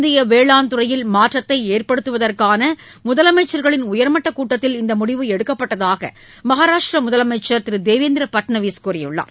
இந்திய வேளாண் துறையில் மாற்றத்தை ஏற்படுத்துவதற்கான முதலமைச்சர்களின் உயர்மட்டக் கூட்டத்தில் இந்த முடிவு எடுக்கப்பட்டதாக மகாராஷ்ட்ர முதலமைச்சர் தேவேந்திர பட்நவிஸ் கூறியுள்ளார்